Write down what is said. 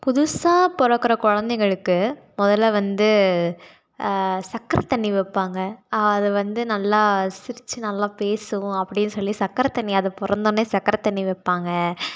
புதுசாக பிறக்கற கொழந்தைங்களுக்கு முதல்ல வந்து சக்கரை தண்ணி வைப்பாங்க அது வந்து நல்லா சிரித்து நல்லா பேசும் அப்படின் சொல்லி சக்கரை தண்ணி அது பிறந்தோன்னே சக்கரை தண்ணி வைப்பாங்க